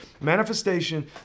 Manifestation